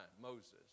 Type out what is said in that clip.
Moses